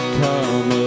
come